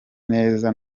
neza